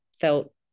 felt